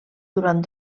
durant